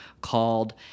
called